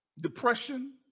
depression